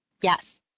Yes